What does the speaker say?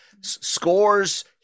scores